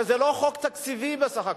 הרי זה לא חוק תקציבי, בסך הכול.